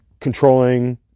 controlling